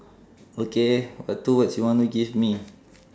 okay what two words you want to give me